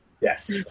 Yes